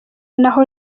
naho